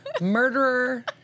murderer